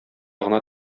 гына